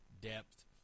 depth